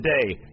today